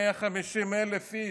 150,000 איש,